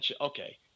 Okay